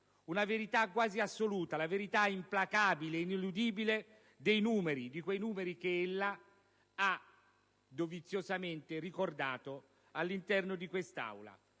una verità quasi assoluta, la verità implacabile ed ineludibile dei numeri, di quei numeri che ella ha doviziosamente ricordato all'interno di quest'Aula;